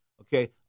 Okay